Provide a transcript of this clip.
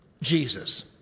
Jesus